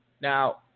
Now